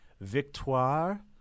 Victoire